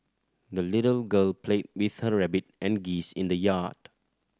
the little girl played with her rabbit and geese in the yard